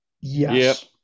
yes